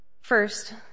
First